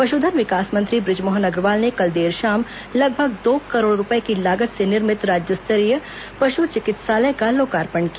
पशुधन विकास मंत्री ब्रेजमोहन अग्रवाल ने कल देर शाम लगभग दो करोड़ रूपये की लागत से निर्मित राज्य स्तरीय पशु चिकित्सालय का लोकार्पण किया